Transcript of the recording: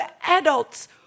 adults